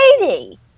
lady